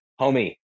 homie